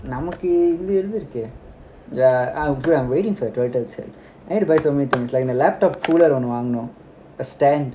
நமக்கு இங்க எங்க இருக்கு:namaku inga enga iuku I'm waiting for the twelve twelve sale I need to buy so many things like the laptop cooler ஒண்ணு வாங்கணும்:onnu vaanganum the stand